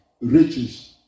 Riches